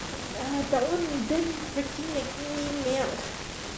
ya that one damn freaking making me melt